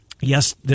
yes